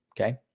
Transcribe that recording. Okay